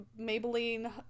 Maybelline